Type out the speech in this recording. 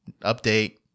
update